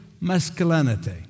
masculinity